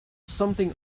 something